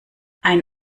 ein